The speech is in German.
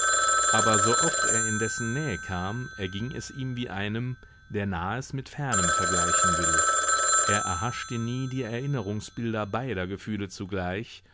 aber so oft er in dessen nähe kam erging es ihm wie einem der nahes mit fernem vergleichen will er erhaschte nie die erinnerungsbilder beider gefühle zugleich